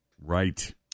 right